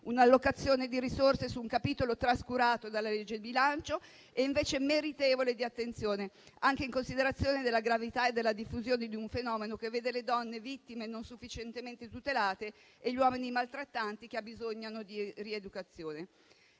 un'allocazione di risorse su un capitolo trascurato dalla legge di bilancio e invece meritevole di attenzione, anche in considerazione della gravità e della diffusione di un fenomeno che vede le donne vittime non sufficientemente tutelate e gli uomini maltrattanti bisognosi di rieducazione.